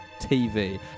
TV